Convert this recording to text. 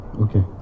Okay